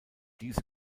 diese